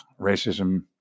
racism